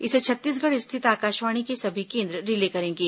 इसे छत्तीसगढ़ स्थित आकाशवाणी के सभी केंद्र रिले करेंगे